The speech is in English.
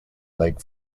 leg